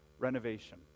renovation